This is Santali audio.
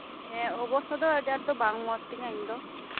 ᱦᱮᱸ ᱚᱵᱚᱥᱛᱷᱟ ᱫᱚ ᱟᱸᱰᱤ ᱟᱸᱴ ᱵᱟᱝ ᱢᱚᱸᱡ ᱛᱤᱧᱟ ᱤᱧ ᱫᱚ